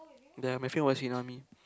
ya my friend was in army